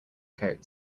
coat